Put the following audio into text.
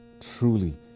Truly